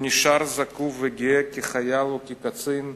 הוא נשאר זקוף וגאה, כחייל וכקצין,